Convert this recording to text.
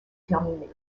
terminé